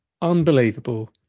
unbelievable